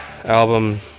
album